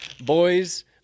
Boys